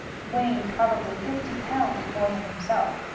weighing probably fifty pounds more than himself.